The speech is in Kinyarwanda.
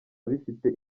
bifite